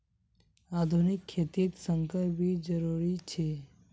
आधुनिक खेतित संकर बीज जरुरी छे